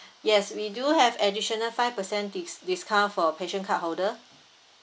yes we do have additional five percentage dis~ discount for passion card holder